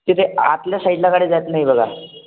तिथे आतल्या साईडला गाडी जात नाही बघा